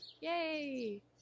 Yay